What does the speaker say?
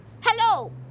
Hello